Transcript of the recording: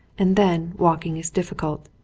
and then walking is difficult.